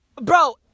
bro